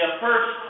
first